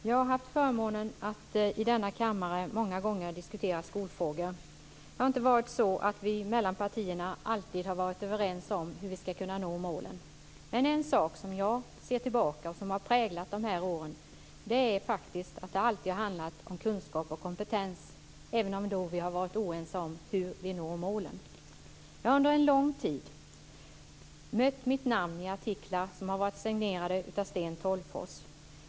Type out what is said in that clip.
Herr talman! Jag har haft förmånen att i denna kammare många gånger diskutera skolfrågor. Det har inte varit så att vi mellan partierna alltid har varit överens om hur vi ska kunna nå målen. Men en sak som jag ser tillbaka på och som har präglat dessa år är faktiskt att det alltid handlat om kunskap och kompetens, även om vi har varit oense om hur vi skulle nå målen. Jag har under lång tid mött mitt namn i artiklar som har varit signerade av Sten Tolgfors.